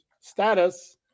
status